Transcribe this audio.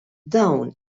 dawn